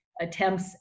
attempts